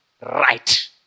right